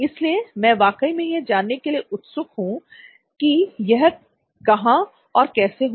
इसलिए मैं वाकई में यह जानने के लिए उत्सुक हूं कि यह कहां और कैसे हुआ